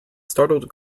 startled